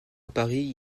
paris